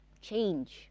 change